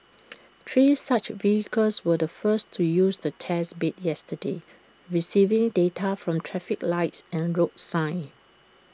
three such vehicles were the first to use the test bed yesterday receiving data from traffic lights and road signs